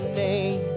name